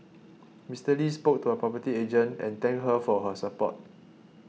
Mister Lee spoke to a property agent and thank her for her support